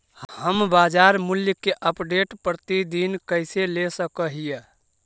हम बाजार मूल्य के अपडेट, प्रतिदिन कैसे ले सक हिय?